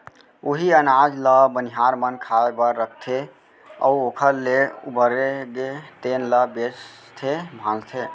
उहीं अनाज ल बनिहार मन खाए बर राखथे अउ ओखर ले उबरगे तेन ल बेचथे भांजथे